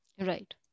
right